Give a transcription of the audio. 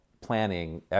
planning